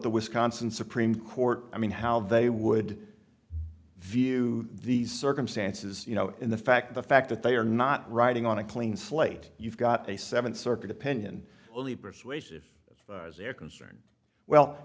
the wisconsin supreme court i mean how they would view these circumstances you know in the fact the fact that they are not writing on a clean slate you've got a seventh circuit opinion only persuasive their concern well